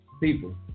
People